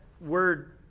word